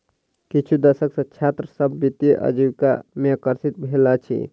किछु दशक सॅ छात्र सभ वित्तीय आजीविका में आकर्षित भेल अछि